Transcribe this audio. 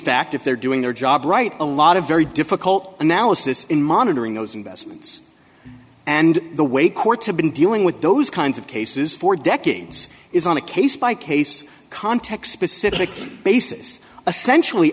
fact if they're doing their job right a lot of very difficult analysis in monitoring those investments and the way courts have been dealing with those kinds of cases for decades is on a case by case context specific basis a sen